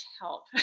help